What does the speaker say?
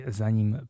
zanim